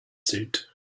suit